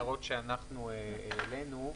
הערות שאנחנו העלינו,